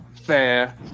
Fair